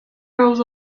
rolls